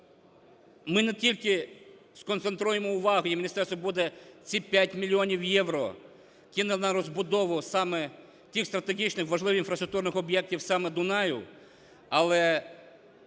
ми не тільки сконцентруємо увагу, і міністерство буде ці 5 мільйонів євро кине на розбудову саме тих стратегічних важливих інфраструктурних об'єктів саме Дунаю, але